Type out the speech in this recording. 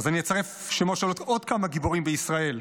אז אני אצרף שמות של עוד כמה גיבורים בישראל,